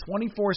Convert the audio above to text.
24